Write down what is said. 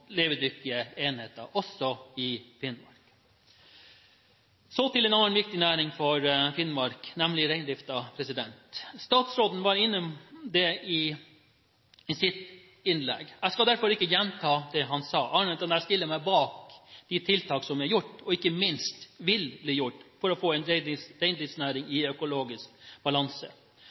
levedyktige enheter også i Finnmark. Så til en annen viktig næring for Finnmark, nemlig reindriften. Statsråden var innom dette i sitt innlegg. Jeg skal derfor ikke gjenta det han sa, annet enn å si at jeg stiller meg bak de tiltak som er gjort – og ikke minst vil bli gjort – for å få en reindriftsnæring i økologisk balanse.